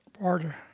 border